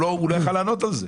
הוא לא היה יכול לענות על זה.